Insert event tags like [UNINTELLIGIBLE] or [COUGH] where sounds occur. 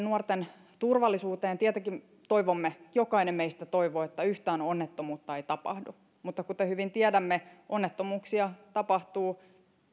[UNINTELLIGIBLE] nuorten turvallisuuteen niin tietenkin toivomme jokainen meistä toivoo että yhtään onnettomuutta ei tapahdu mutta kuten hyvin tiedämme onnettomuuksia tapahtuu